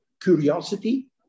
curiosity